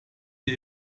der